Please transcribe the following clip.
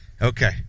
Okay